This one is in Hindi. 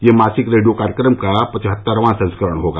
यह मासिक रेडियो कार्यक्रम का पचहत्तरवां संस्करण होगा